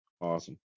Awesome